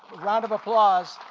round of applause.